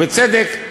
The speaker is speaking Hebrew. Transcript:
ובצדק,